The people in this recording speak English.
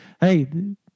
Hey